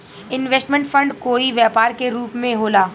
investment fund कोई व्यापार के रूप में होला